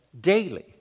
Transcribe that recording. daily